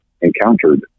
encountered